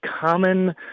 common